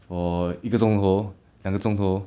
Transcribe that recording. for 一个钟头两个钟头